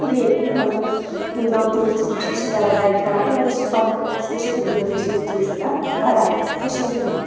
lake تہِ یَتھ منٛز یِم زَن ٹوٗرِسٹ چھِ تِم چھِ شکارا رایڈ کَران تمہِ وجہ سۭتۍ چھِ پَننۍ اَسہِ کٔشیٖرِ ہُنٛد یہِ بِزنِس چھِ ییٚمہِ چیٖز سۭتۍ بَڑان کٔشیٖرِ